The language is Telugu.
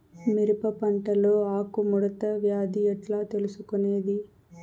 మిరప పంటలో ఆకు ముడత వ్యాధి ఎట్లా తెలుసుకొనేది?